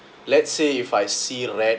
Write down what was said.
let's say if I see rats